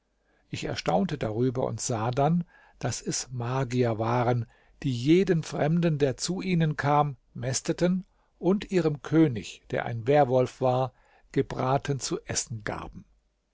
ich erstaunte darüber und sah dann daß es magier waren die jeden fremden der zu ihnen kam mästeten und ihrem könig der ein werwolf war gebraten zu essen gaben